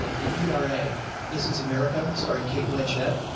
ah the era. this is america starring kate blanchette.